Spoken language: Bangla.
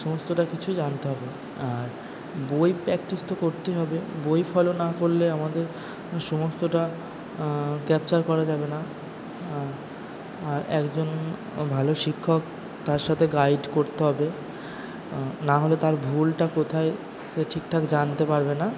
সমস্তটা কিছু জানতে হবে আর বই প্র্যাকটিস তো করতেই হবে বই ফলো না করলে আমাদের সমস্তটা ক্যাপচার করা যাবে না আর আর একজন ভালো শিক্ষক তার সাতে গাইড করতে হবে নাহলে তার ভুলটা কোথায় সে ঠিক ঠাক জানতে পারবে না